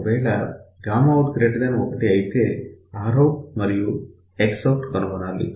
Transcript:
ఒకవేళ out 1 అయితే Rout మరియు Xout కనుగొనాలి